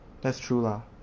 that's true lah